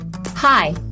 Hi